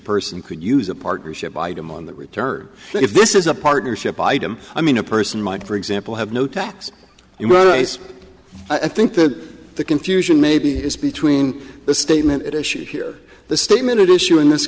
person could use a partnership item on the return if this is a partnership item i mean a person might for example have no tax i think that the confusion maybe is between the statement at issue here the statement at issue in this